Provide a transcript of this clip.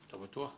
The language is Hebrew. אתה בטוח?